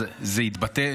זה יתבטל.